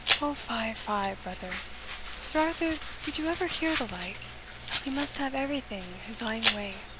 o fy, fy, brother sir arthur, did you ever hear the like he must have everything his ain way,